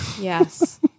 Yes